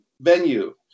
venue